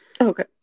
Okay